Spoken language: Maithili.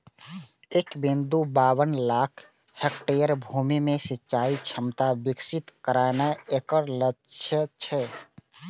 एक बिंदु बाबन लाख हेक्टेयर भूमि मे सिंचाइ क्षमता विकसित करनाय एकर लक्ष्य छै